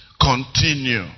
Continue